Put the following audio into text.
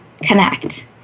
connect